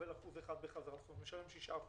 משלם 6%,